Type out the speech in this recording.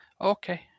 Okay